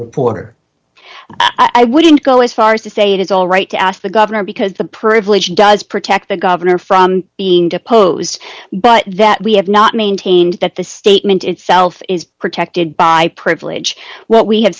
reporter i wouldn't go as far as to say it is all right to ask the governor because the privilege does protect the governor from being deposed but that we have not maintained that the statement itself is protected by privilege what we ha